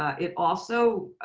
ah it also